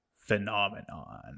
phenomenon